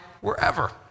wherever